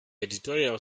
editorial